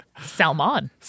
Salmon